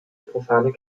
profane